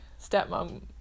stepmom